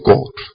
God